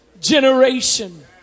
generation